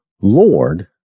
Lord